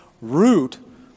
root